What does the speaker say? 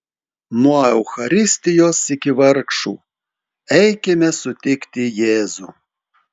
nuo eucharistijos iki vargšų eikime sutikti jėzų